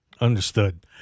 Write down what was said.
Understood